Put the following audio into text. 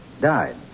died